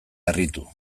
harritu